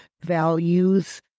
values